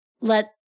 let